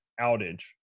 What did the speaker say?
outage